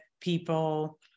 people